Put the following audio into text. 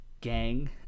gang